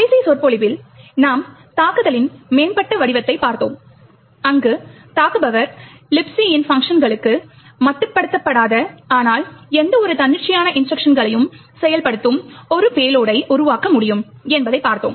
கடைசி சொற்பொழிவில் நாம் தாக்குதலின் மேம்பட்ட வடிவத்தைப் பார்த்தோம் அங்கு தாக்குபவர் Libc ன் பங்க்ஷன்களுக்கு மட்டுப்படுத்தப்படாத ஆனால் எந்தவொரு தன்னிச்சையான இன்ஸ்ட்ருக்ஷன்களையும் செயல்படுத்தும் ஒரு பேலோடை உருவாக்க முடியும் என்பதை பார்த்தோம்